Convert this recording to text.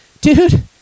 Dude